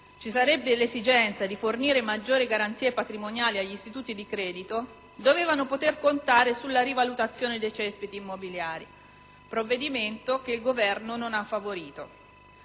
ci sarebbe l'esigenza di fornire maggiori garanzie patrimoniali agli istituti di credito, dovevano poter contare sulla rivalutazione dei cespiti immobiliari. Si tratta, però, di un provvedimento che il Governo non ha favorito.